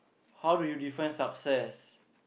how do you define success